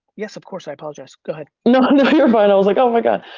yes of course, i apologize. go ahead. no, no you're fine. i was like oh my god.